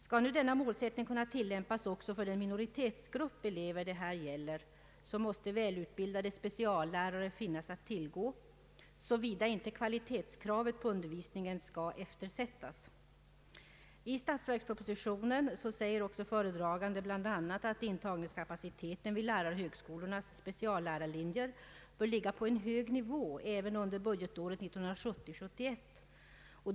Om nu denna målsättning skall kunna tillämpas också för den minoritetsgrupp elever det här gäller så måste välutbildade speciallärare finnas att tillgå såvida inte kvalitetskravet på undervisningen skall eftersättas. I statsverkspropositionen säger också föredragande statsråd bl.a. att intagningskapaciteten vid lärarhögskolornas speciallärarlinjer bör ligga på en hög nivå även under budgetåret 1970/71.